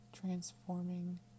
transforming